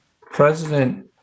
president